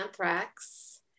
Anthrax